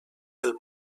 del